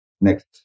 Next